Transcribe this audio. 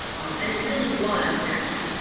and it really was national.